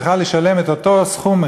צריכה לשלם את אותו סכום,